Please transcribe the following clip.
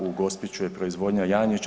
U Gospiću je proizvodnja janjića.